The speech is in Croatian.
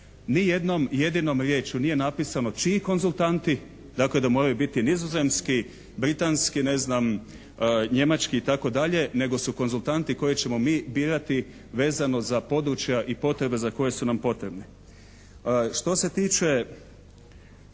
ni jednom jedinom riječju nije napisano čiji konzultanti, dakle da moraju biti nizozemski, britanski, ne znam njemački itd., nego su konzultanti koje ćemo mi birati vezano za područja i potrebe za koje su nam potrebni. Što se tiče